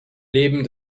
leben